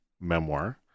memoir